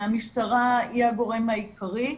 המשטרה היא הגורם העיקרי,